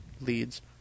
leads